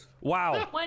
wow